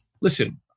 listen